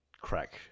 crack